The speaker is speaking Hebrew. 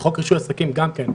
בחוק רישוי עסקים גם כן,